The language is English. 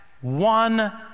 one